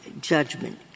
judgment